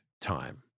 time